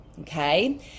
okay